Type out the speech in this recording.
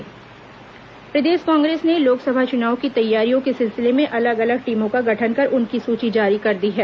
कांग्रेस नियुक्ति प्रदेश कांग्रेस ने लोकसभा चुनाव की तैयारियों के सिलसिले में अलग अलग टीमों का गठन कर उनकी सूची जारी कर दी है